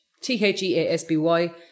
T-H-E-A-S-B-Y